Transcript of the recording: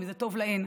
אם זה טוב להן,